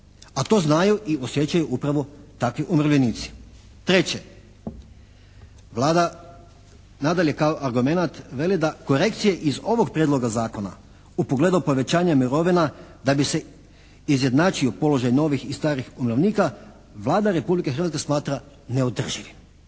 a to znaju i osjećaju upravo takvi umirovljenici. Treće, Vlada nadalje kao argumenat veli da korekcije iz ovog prijedloga zakona u pogledu povećanja mirovina da bi se izjednačio položaj novih i starih umirovljenika Vlada Republike Hrvatske smatra neodrživim.